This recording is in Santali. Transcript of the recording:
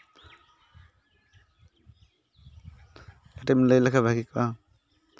ᱠᱟᱹᱴᱤᱡ ᱮᱢ ᱞᱟᱹᱭ ᱞᱮᱠᱷᱟᱡ ᱵᱷᱟᱹᱜᱤ ᱠᱚᱜᱼᱟ